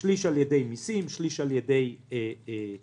כך ששליש על-ידי מיסים, שליש על ידי חוב.